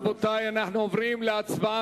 רבותי, אנחנו עוברים להצבעה.